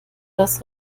das